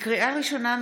לקריאה ראשונה,